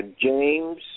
James